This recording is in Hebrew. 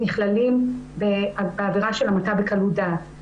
נכללים בעבירה של המתה בקלות דעת.